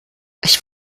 ich